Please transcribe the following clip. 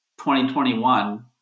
2021